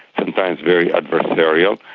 sometimes very adversarial,